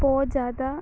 ਬਹੁਤ ਜ਼ਿਆਦਾ